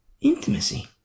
Intimacy